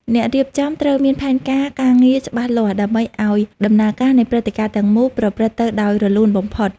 អ្នករៀបចំត្រូវមានផែនការការងារច្បាស់លាស់ដើម្បីឱ្យដំណើរការនៃព្រឹត្តិការណ៍ទាំងមូលប្រព្រឹត្តទៅដោយរលូនបំផុត។